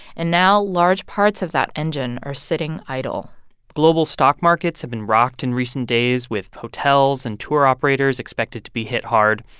and now large parts of that engine are sitting idle global stock markets have been rocked in recent days, with hotels and tour operators expected to be hit hard.